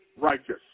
righteous